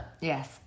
yes